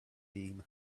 beam